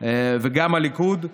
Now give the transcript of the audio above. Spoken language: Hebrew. וגם הליכוד,